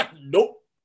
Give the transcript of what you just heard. Nope